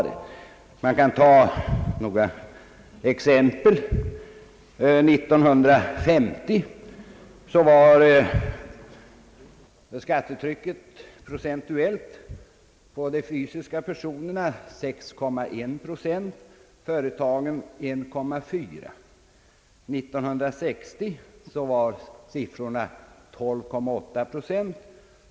Låt mig ge några exempel. År 1950 var skattetrycket på de fysiska personerna 6,1 procent av bruttonationalprodukten och på företagen 1,4 procent.